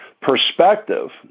perspective